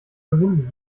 gewinnen